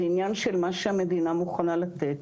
זה עניין של מה שהמדינה מוכנה לתת